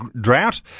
drought